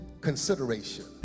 consideration